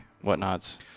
Whatnots